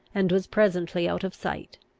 and was presently out of sight.